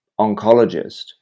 oncologist